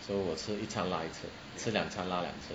so 我吃一餐拉一次吃两餐拉两次